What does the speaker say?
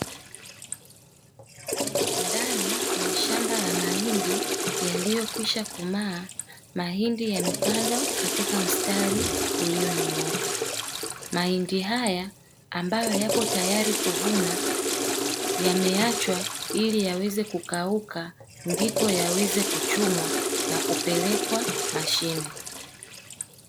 Ndani ya shamba la mahindi yaliyokwisha komaa, mahindi yamepandwa katika mstari ulionyooka. Mahindi haya ambayo yapo tayari kuvuna, yameachwa ili yaweze kukauka ndipo yaweze kuchumwa na kupelekwa mashine.